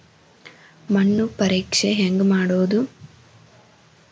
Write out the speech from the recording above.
ಮಣ್ಣು ಪರೇಕ್ಷೆ ಹೆಂಗ್ ಮಾಡೋದು?